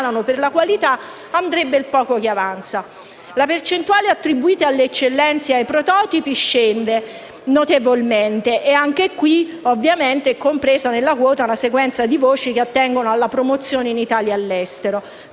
La percentuale attribuita alle eccellenze e ai prototipi scende notevolmente, essendo compresa nella quota una sequenza di voci che attengono alla promozione in Italia e all’estero.